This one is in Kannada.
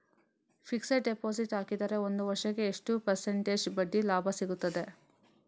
ಫಿಕ್ಸೆಡ್ ಡೆಪೋಸಿಟ್ ಹಾಕಿದರೆ ಒಂದು ವರ್ಷಕ್ಕೆ ಎಷ್ಟು ಪರ್ಸೆಂಟೇಜ್ ಬಡ್ಡಿ ಲಾಭ ಸಿಕ್ತದೆ?